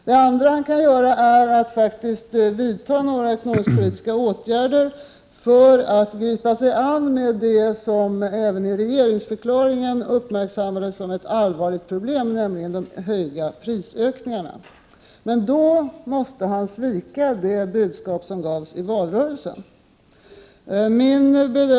Det andra finansministern kan göra är att faktiskt vidta några ekonomiskpolitiska åtgärder för att gripa sig an med det som även i regeringsförklaringen uppmärksammades som ett allvarligt problem, nämligen de stora prisökningarna. Men då måste han svika det budskap som gavs i valrörelsen.